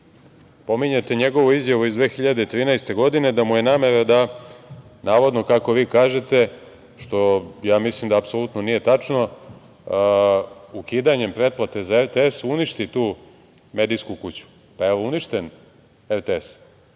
Pominjete njegovu izjavu iz 2013. godine da mu je namera da, navodno, kako vi kažete, što ja mislim da apsolutno nije tačno, ukidanjem pretplate za RTS uništi tu medijsku kuću. Pa, jel uništen RTS?